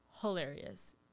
hilarious